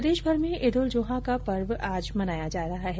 प्रदेशभर में ईद उल जुहा का पर्व आज मनाया जा रहा है